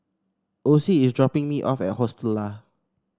Ocie is dropping me off at Hostel Lah